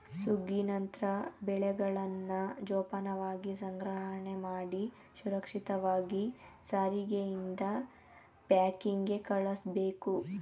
ಸುಗ್ಗಿ ನಂತ್ರ ಬೆಳೆಗಳನ್ನ ಜೋಪಾನವಾಗಿ ಸಂಗ್ರಹಣೆಮಾಡಿ ಸುರಕ್ಷಿತವಾಗಿ ಸಾರಿಗೆಯಿಂದ ಪ್ಯಾಕಿಂಗ್ಗೆ ಕಳುಸ್ಬೇಕು